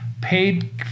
paid